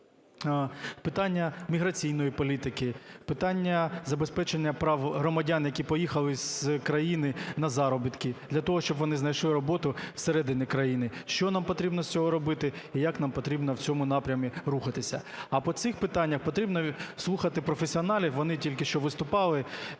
питання міграційної політики, питання забезпечення прав громадян, які поїхали з країни на заробітки, для того, щоб вони знайшли роботу всередині країни – що нам потрібно для цього робити і як нам потрібно в цьому напрямі рухатися. А по цих питаннях потрібно слухати професіоналів, вони тільки що виступали.